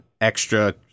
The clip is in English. extra